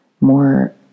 more